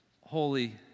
holy